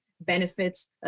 benefits